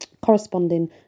corresponding